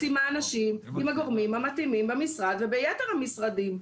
עם הגורמים המתאימים במשרד וביתר המשרדים.